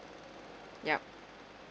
yup